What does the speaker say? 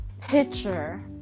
Picture